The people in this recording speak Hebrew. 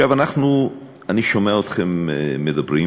עכשיו, אני שומע אתכם מדברים.